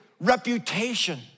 reputation